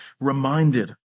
reminded